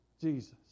Jesus